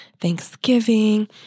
Thanksgiving